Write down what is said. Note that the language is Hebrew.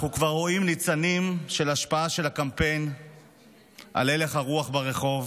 אנחנו כבר רואים ניצנים של השפעת הקמפיין על הלך הרוח ברחוב.